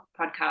podcast